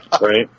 right